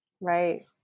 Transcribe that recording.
Right